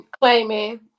claiming